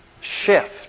shift